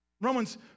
Romans